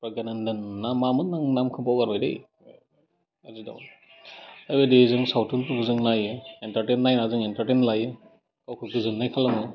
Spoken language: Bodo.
बगेनन्दन ना मामोन आं नामखौ बावगारबायलै ओरै जों सावथुनफोरखौ जों नायो इन्टारथेइन नायना जों इन्टारथेइन लायो गावखौ गोजोननाय खालामो